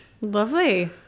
Lovely